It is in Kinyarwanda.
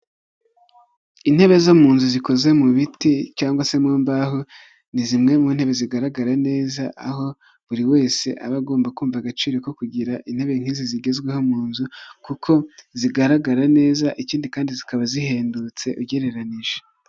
Intebe zo mu nzu zikoze mu biti cyangwa se mu mbaho, ni zimwe mu ntebe zigaragara neza, aho buri wese aba agomba kumva agaciro ko kugira intebe nk'izi zigezweho mu nzu kuko zigaragara neza ikindi kandi zikaba zihendutse ugereranije.